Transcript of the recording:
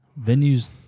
Venues